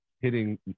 hitting